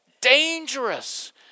dangerous